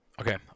Okay